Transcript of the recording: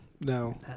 no